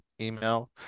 email